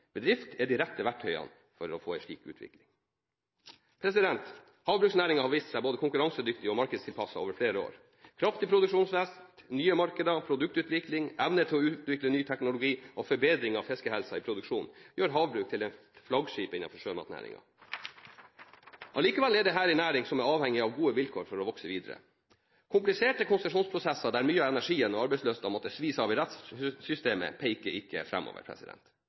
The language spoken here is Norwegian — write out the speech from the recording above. bedrift, er de rette verktøyene for å få en slik utvikling. Havbruksnæringen har vist seg både konkurransedyktig og markedstilpasset over flere år. Kraftig produksjonsvekst, nye markeder, produktutvikling, evne til å utvikle ny teknologi og forbedring av fiskehelsen i produksjonen gjør havbruk til et flaggskip innenfor sjømatnæringen. Allikevel er dette en næring som er avhengig av gode vilkår for å vokse videre. Kompliserte konsesjonsprosesser der mye av energien og arbeidslysten svis av i rettssystemet, peker ikke